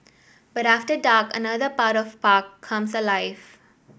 but after dark another part of park comes alive